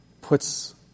puts